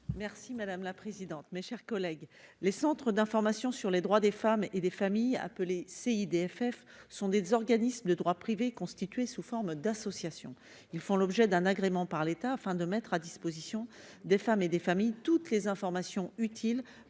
Merci madame la présidente, mes chers collègues, les Centre d'information sur les droits des femmes et des familles appelé CIDF sont des organismes de droit privé constituée sous forme d'associations, ils font l'objet d'un agrément par l'État afin de mettre à disposition des femmes et des familles, toutes les informations utiles